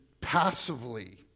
passively